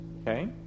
okay